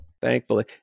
Thankfully